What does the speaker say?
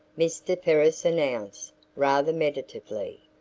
mr. ferris announced rather meditatively.